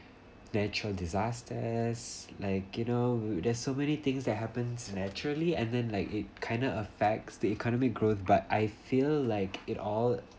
natural disasters like you know there's so many things that happens naturally and then like it kinda affects the economic growth but I feel like it all